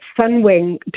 Sunwing